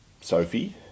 Sophie